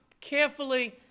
carefully